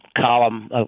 column